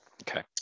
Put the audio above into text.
Okay